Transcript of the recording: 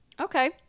Okay